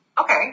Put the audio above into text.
Okay